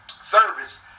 service